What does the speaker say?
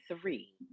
three